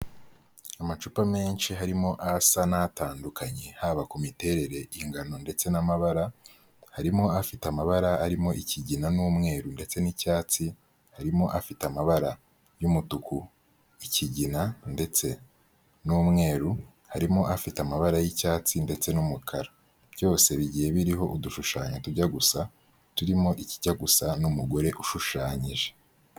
Amacupa menshi harimo asa n'atandukanye haba ku miterere ingano ndetse n'amabara, harimo afite amabara arimo ikigina n'umweru ndetse n'icyatsi, harimo afite amabara y'umutuku, ikigina ndetse n'umweru, harimo afite amabara y'icyatsi ndetse n'umukara. Byose bigiye biriho udushushanyo tujya gusa, turimo ikijya gusa n'umugore ushushanyije.